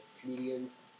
comedians